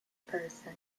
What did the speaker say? person